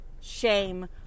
shame